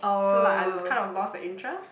so like I'll kind of lost the interest